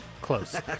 Close